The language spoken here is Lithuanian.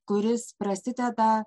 kuris prasideda